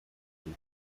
from